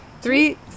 Three